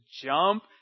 jump